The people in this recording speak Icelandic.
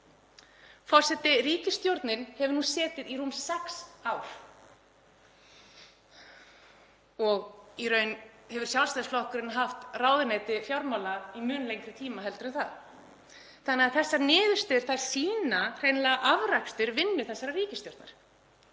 Forseti. Ríkisstjórnin hefur nú setið í rúm sex ár og í raun hefur Sjálfstæðisflokkurinn haft ráðuneyti fjármála í mun lengri tíma heldur en það, þannig að þessar niðurstöður sýna hreinlega afrakstur vinnu þessarar ríkisstjórnar.